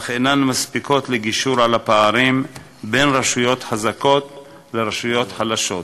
אך אינן מספיקות לגישור על הפערים בין רשויות חזקות לרשויות חלשות.